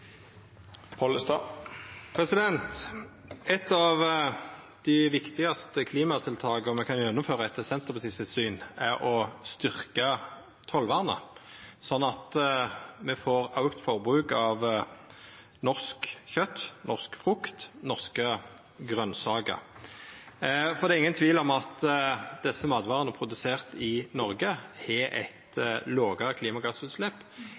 av dei viktigaste klimatiltaka me kan gjennomføra etter Senterpartiets syn, er å styrkja tollvernet sånn at me får auka forbruk av norsk kjøt, norsk frukt norske grønsaker, for det er ingen tvil om at desse matvarene, produsert i Noreg, har eit lågare klimagassutslepp